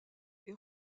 est